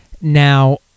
Now